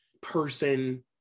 person